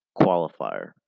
qualifier